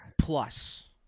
Plus